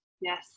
Yes